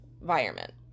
environment